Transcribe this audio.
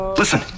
Listen